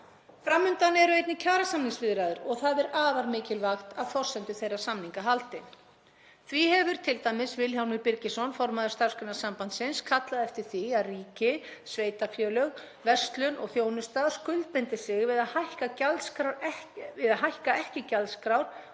Fram undan eru kjarasamningsviðræður og það er afar mikilvægt að forsendur þeirra samninga haldi. Því hefur t.d. Vilhjálmur Birgisson, formaður Starfsgreinasambandsins, kallað eftir því að ríki, sveitarfélög, verslun og þjónusta skuldbindi sig um að hækka ekki gjaldskrár